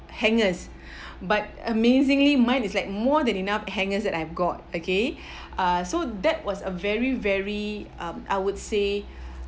hangers but amazingly mine is like more than enough hangers that I've got okay uh so that was a very very um I would say